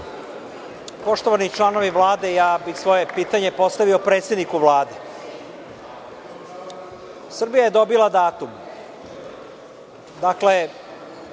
Poštovani članovi Vlade, svoje pitanje bih postavio predsedniku Vlade. Srbija je dobila datum. Jedna